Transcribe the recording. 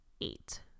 eight